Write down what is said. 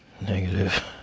negative